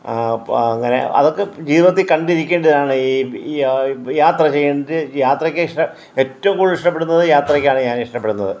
അപ്പോൾ അങ്ങനെ അതൊക്കെ ജീവിതത്തിൽ കണ്ടിരിക്കേണ്ടതാണ് ഈ യാത്ര ചെയ്യേണ്ട യാത്രക്ക് ശേഷം ഏറ്റവും കൂടുതൽ ഇഷ്ടപ്പെടുന്നത് യാത്രക്കാണ് ഞാൻ ഇഷ്ടപ്പെടുന്നത്